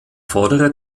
vordere